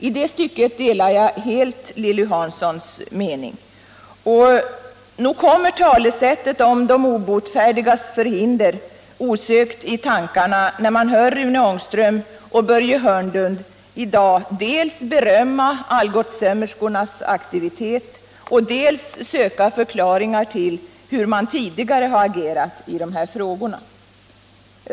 I det stycket delar jag helt Lilly Hanssons mening, och nog kommer talesättet om de obotfärdigas förhinder osökt i tankarna när man hör Rune Ångström och Börje Hörnlund i dag dels berömma Algotssömmerskornas aktivitet, dels söker förklaringar till hur man tidigare agerat i dessa frågor.